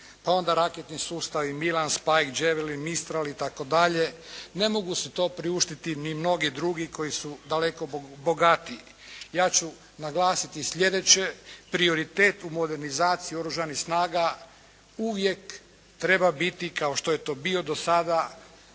pa onda raketni sustavi Milan, spaj đeveri, mistral itd. ne mogu si to priuštiti ni mnogi drugi koji su daleko bogatiji. Ja ću naglasiti sljedeće. Prioritet u modernizaciji Oružanih snaga uvijek treba biti kao što je to bio do sada